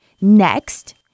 Next